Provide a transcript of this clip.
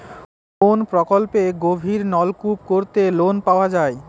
কোন প্রকল্পে গভির নলকুপ করতে লোন পাওয়া য়ায়?